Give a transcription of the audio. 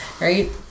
Right